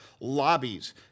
lobbies